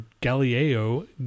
Galileo